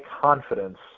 confidence